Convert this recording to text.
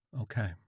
Okay